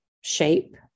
shape